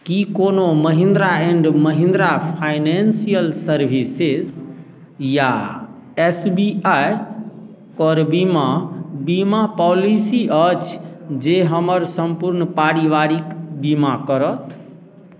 कि कोनो Mahindra and Mahindra financial services या एस बी आइ के बीमा बीमा पॉलिसी अछि जे हमर सम्पूर्ण पारिवारिक बीमा करत